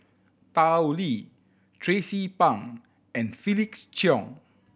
Tao Li Tracie Pang and Felix Cheong